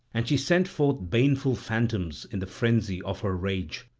and she sent forth baneful phantoms in the frenzy of her rage.